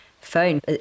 phone